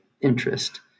interest